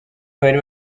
bari